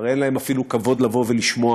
הרי אין להם אפילו כבוד לבוא ולשמוע.